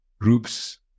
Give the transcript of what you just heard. groups